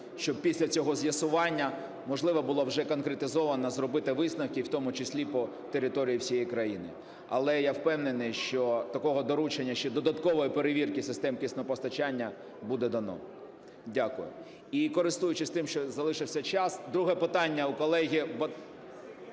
Щоб після цього з'ясування можливо було вже конкретизовано зробити висновки, і в тому числі по території всієї країни. Але я впевнений, що таке доручення – ще додаткова перевірка систем киснепостачання – буде дано. Дякую. І користуючись тим, що залишився час, друге питання, колеги.